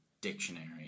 dictionary